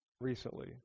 recently